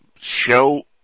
show